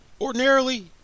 Ordinarily